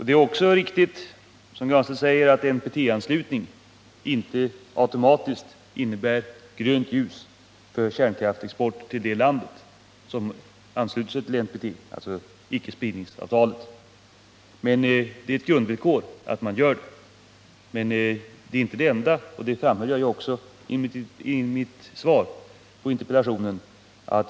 Det är också riktigt, som Pär Granstedt säger, att NPT-anslutning inte automatiskt innebär grönt ljus för kärnkraftsexport till ett land som har anslutit sig till NPT, dvs. icke-spridningsavtalet. NPT-anslutning är ett grundvillkor, men det är inte det enda villkoret, vilket jag också framhöll i mitt interpellationssvar.